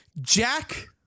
Jack